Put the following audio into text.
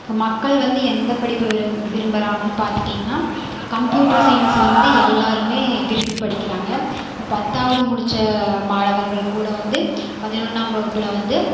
இப்போ மக்கள் வந்து எந்த படிப்பு விரும் விரும்புகிறாங்கன்னு பார்த்துட்டிங்கன்னா கம்ப்யூட்டர் சயின்ஸ் வந்து எல்லாேருமே விரும்பி படிக்கிறாங்க பத்தாவது முடித்த மாணவர்கள் கூட வந்து பதினொன்றாம் வகுப்பில் வந்து